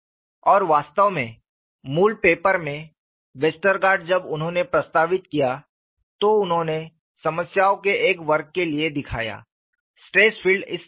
और वास्तव में मूल पेपर में वेस्टरगार्ड जब उन्होंने प्रस्तावित किया तो उन्होंने समस्याओं के एक वर्ग के लिए दिखाया स्ट्रेस क्षेत्र इस तरह है